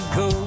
go